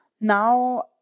now